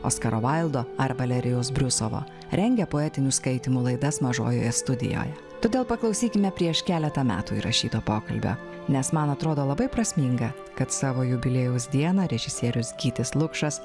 oskaro vaildo ar valerijaus briusovo rengia poetinių skaitymų laidas mažojoje studijoje todėl paklausykime prieš keletą metų įrašyto pokalbio nes man atrodo labai prasminga kad savo jubiliejaus dieną režisierius gytis lukšas